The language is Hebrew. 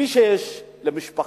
מי שיש למשפחתו,